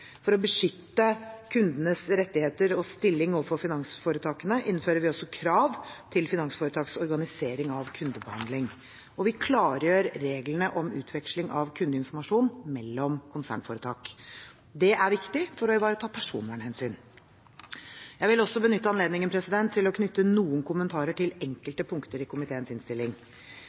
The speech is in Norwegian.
For å beskytte kundenes rettigheter og stilling overfor finansforetakene innfører vi også krav til finansforetaks organisering av kundebehandling. Vi klargjør reglene om utveksling av kundeinformasjon mellom konsernforetak. Det er viktig for å ivareta personvernhensyn. Jeg vil også benytte anledningen til å knytte noen kommentarer til